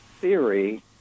theory